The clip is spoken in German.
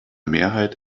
mehrheit